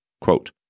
Quote